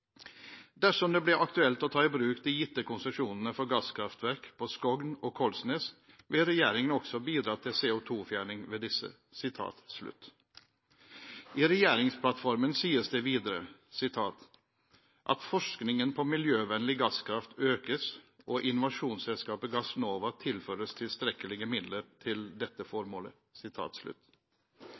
Dersom det blir aktuelt å ta i bruk de gitte konsesjonene for gasskraftverk på Skogn og Kollsnes vil Regjeringen også bidra til CO2-fjerning ved disse.» I regjeringsplattformen sies det videre: «at forskningen på miljøvennlig gasskraft økes og at innovasjonsselskapet Gassnova tilføres tilstrekkelige midler til dette formålet».